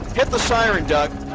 hit the siren, doug.